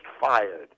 fired